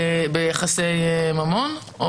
כרגע זו המחשבה.